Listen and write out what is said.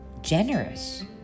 generous